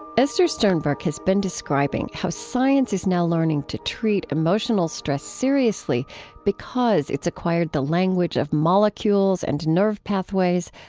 esther sternberg has been describing how science is now learning to treat emotional stress seriously because it's acquired the language of molecules and nerve pathways,